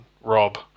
Rob